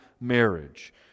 marriage